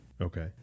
okay